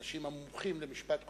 עם אנשים המומחים למשפט קונסטיטוציוני.